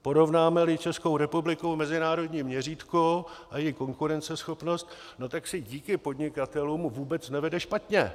Porovnámeli Českou republiku v mezinárodním měřítku, a její konkurenceschopnost, no tak si díky podnikatelům vůbec nevede špatně.